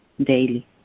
daily